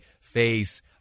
face